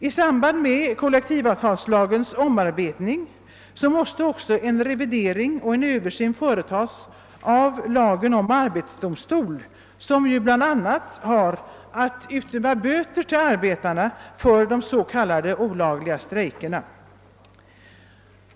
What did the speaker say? I samband med kollektivavtalslagens omarbetning måste också en revidering och översyn företas av lagen om arbetsdomstol; denna har ju bl.a. att ådöma arbetarna böter för de s.k. olagliga strejkerna.